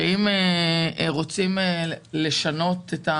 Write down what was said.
שאם רוצים לשנות,